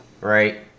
Right